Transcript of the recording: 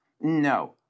No